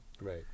Right